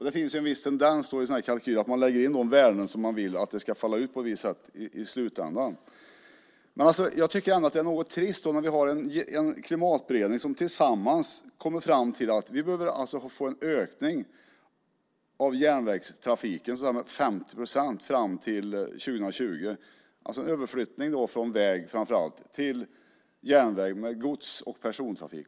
Det finns en viss tendens till att i sådana här kalkyler lägga in de värden som man vill ska falla ut i slutändan. Det är lite trist. Vi har ju en klimatberedning där man gemensamt har kommit fram till att vi behöver öka järnvägstrafiken med 50 procent fram till år 2020 - en överflyttning från framför allt väg till järnväg när det gäller gods och persontrafik.